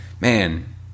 man